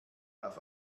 auf